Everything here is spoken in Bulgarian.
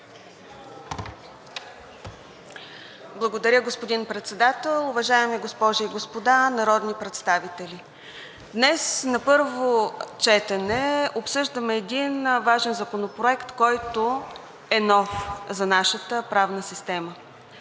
Благодаря, господин Председател. Уважаеми госпожи и господа народни представители! Днес на първо четене обсъждаме един важен законопроект, който е нов за нашата правна система.